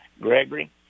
Gregory